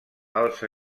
els